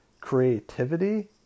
creativity